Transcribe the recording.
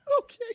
Okay